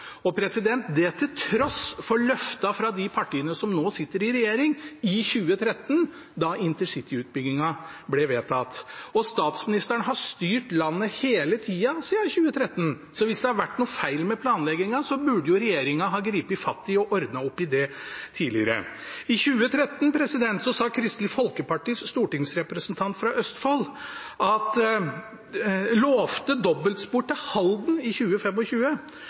det til tross for løfter fra de partiene som nå sitter i regjering, i 2013 da intercityutbyggingen ble vedtatt. Statsministeren har styrt landet hele tida siden 2013, så hvis det har vært noe feil med planleggingen, burde regjeringen ha grepet fatt i og ordnet opp i det tidligere. I 2013 lovte Kristelig Folkepartis stortingsrepresentant fra Østfold dobbeltspor til Halden i